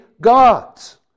God's